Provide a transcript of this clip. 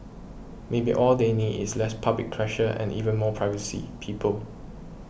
maybe all they need is less public pressure and even more privacy people